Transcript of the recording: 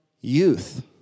youth